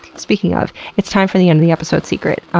speaking of, it's time for the end of the episode secret.